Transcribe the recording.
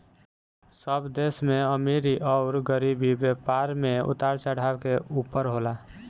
सब देश में अमीरी अउर गरीबी, व्यापार मे उतार चढ़ाव के ऊपर होला